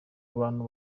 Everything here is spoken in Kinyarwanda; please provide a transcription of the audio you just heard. abantu